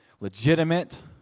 legitimate